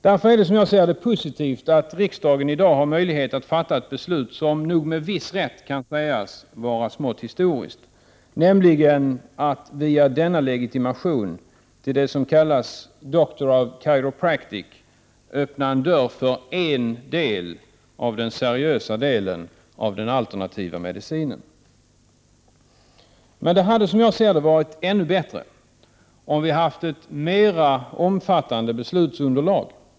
Därför är det positivt att riksdagen i dag har möjlighet att fatta ett beslut som nog med viss rätt kan sägas vara smått historiskt, nämligen att via denna legitimation till det som kallas Doctors of Chiropractic öppna en dörr för en del av den seriösa delen av den alternativa medicinen. Men det hade varit ännu bättre om vi haft ett mera omfattande beslutsunderlag.